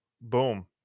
Boom